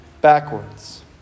backwards